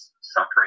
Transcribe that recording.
suffering